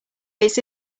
it’s